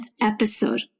episode